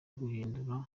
guhindura